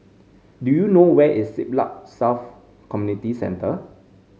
do you know where is Siglap South Community Centre